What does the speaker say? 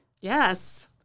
Yes